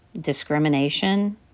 discrimination